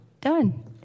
done